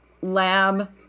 Lab